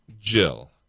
Jill